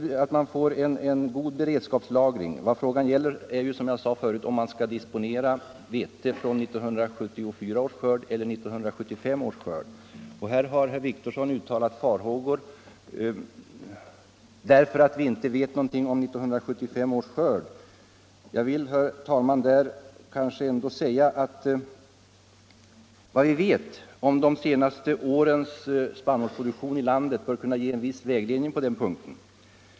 Vad frågan gäller är, 26 februari 1975 som jag sade förut, om man skall disponera vete från 1974 års skörd eller från 1975 års skörd. Herr Wictorsson har uttalat farhågor därför Lagring av att vi inte vet någonting om 1975 års skörd. Jag vill, herr talman, ändå = jordbruksprodukter säga att vad vi vet om de senaste årens spannmålsproduktion i landet — för beredskapsänbör kunna ge en viss vägledning på den punkten.